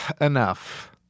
Enough